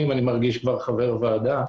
אני מרגיש כבר חבר ועדה,